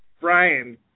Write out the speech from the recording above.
Brian